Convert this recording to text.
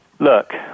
Look